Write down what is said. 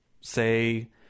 say